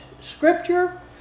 scripture